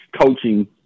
coaching